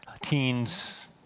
teens